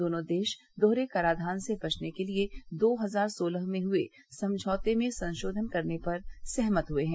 दोनों देश दोहरे कराघान से बवने के लिए दो हजार सोलह में हुए समझौते में संशोधन करने पर सहमत हुए हैं